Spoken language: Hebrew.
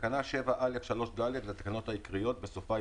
(באישור ועדת הכלכלה של הכנסת/ ולאחר שהתקיים האמור בסעיף